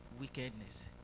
wickedness